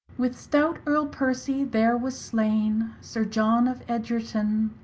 with stout erle percy, there was slaine, sir john of egerton,